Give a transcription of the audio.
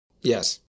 Yes